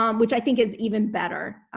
um which i think is even better.